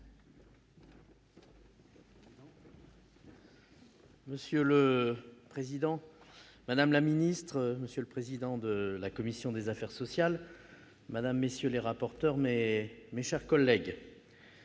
Monsieur le président, madame la ministre, monsieur le président de la commission des affaires sociales, mesdames, messieurs les rapporteurs, mes chers collègues,